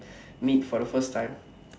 meet for the first time